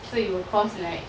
so it will cost like